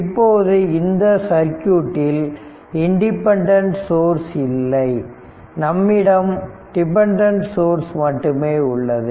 இப்போது இந்த சர்க்யூட்டில் இண்டிபெண்டன்ட் சோர்ஸ் இல்லை நம்மிடம் டிபன்டன்ட் சோர்ஸ் மட்டுமே உள்ளது